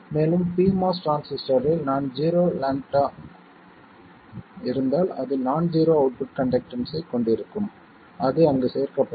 மேலும் pMOS டிரான்சிஸ்டரில் non zero lambda இருந்தால் அது நான் ஜீரோ அவுட்புட் கண்டக்டன்ஸ் ஐக் கொண்டிருக்கும் அது அங்கு சேர்க்கப்படும்